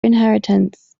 inheritance